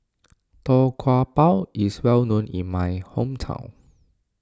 Tau Kwa Pau is well known in my hometown